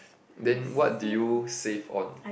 then what do you save on